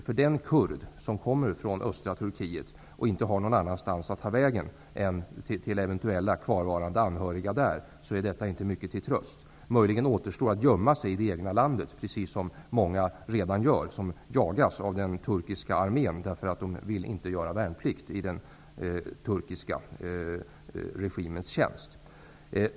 För den kurd som kommer från östra Turkiet och inte har någon annanstans att ta vägen än till eventuella kvarvarande anhöriga är detta inte mycket till tröst. Möjligheten att gömma sig i det egna landet återstår. Det är vad många som jagas av den turkiska armén redan gör, eftersom de inte vill göra värnplikt i den turkiska regimens tjänst.